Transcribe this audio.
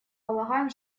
полагаем